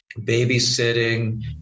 babysitting